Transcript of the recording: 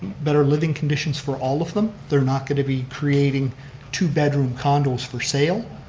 better living conditions for all of them, they're not going to be creating two bedroom condos for sale.